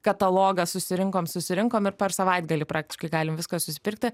katalogą susirinkom susirinkom ir per savaitgalį praktiškai galim viską susipirkti